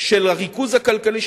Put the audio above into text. של הריכוז הכלכלי,